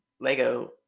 lego